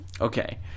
Okay